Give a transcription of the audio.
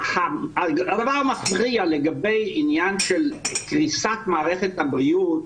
הדבר המתריע לגבי עניין של קריסת מערכת הבריאות,